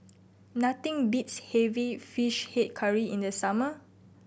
nothing beats having Fish Head Curry in the summer